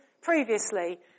previously